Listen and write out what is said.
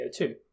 CO2